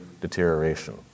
deterioration